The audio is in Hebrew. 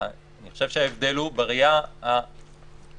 אני חושב שההבדל הוא בראייה הדמוקרטית הכללית.